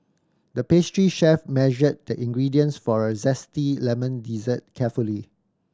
the pastry chef measured the ingredients for a zesty lemon dessert carefully